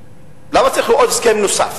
למה צריך עוד הסכם נוסף?